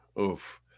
Oof